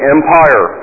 Empire